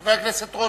חבר הכנסת רותם,